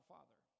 Father